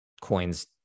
coins